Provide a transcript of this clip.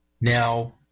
Now